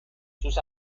sus